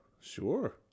sure